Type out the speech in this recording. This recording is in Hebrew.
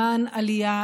למען עלייה,